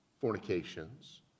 fornications